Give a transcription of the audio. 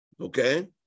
Okay